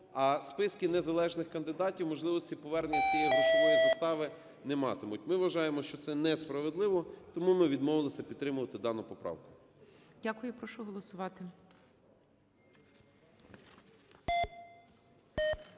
а списки незалежних кандидатів можливості повернення цієї грошової застави не матимуть. Ми вважаємо, що це несправедливо. Тому ми відмовилися підтримувати дану поправку. ГОЛОВУЮЧИЙ. Дякую. Прошу голосувати.